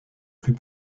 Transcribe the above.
plus